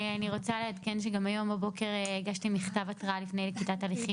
אני רוצה לעדכן שגם הבוקר הגשתי מכתב התראה לפני נקיטת הליכים